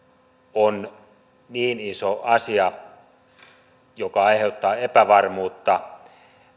on niin iso asia joka aiheuttaa epävarmuutta